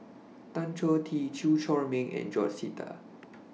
Tan Choh Tee Chew Chor Meng and George Sita